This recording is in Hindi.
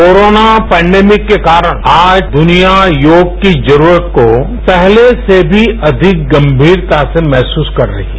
कोरोना पैंडेमिक के कारण आज दुनिया योग की जरूरत को पहले से भी अधिक गंभीरता से महसूस कर रही है